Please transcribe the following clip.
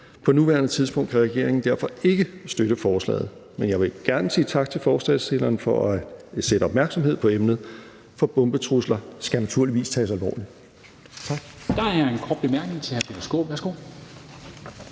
På nuværende tidspunkt kan regeringen derfor ikke støtte forslaget, men jeg vil gerne sige tak til forslagsstillerne for at skabe opmærksomhed omkring emnet, for bombetrusler skal naturligvis tages alvorligt.